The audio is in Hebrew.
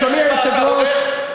אדוני היושב-ראש,